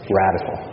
radical